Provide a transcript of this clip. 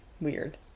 weird